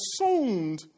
assumed